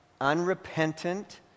unrepentant